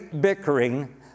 bickering